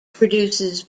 produces